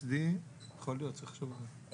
PTSD, יכול להיות, צריך לחשוב על זה.